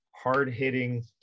hard-hitting